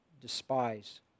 despise